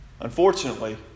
Unfortunately